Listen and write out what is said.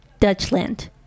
Dutchland